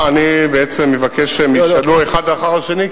אני בעצם מבקש שהם ישאלו אחד אחר השני,